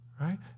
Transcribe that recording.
right